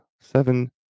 seven